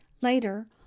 Later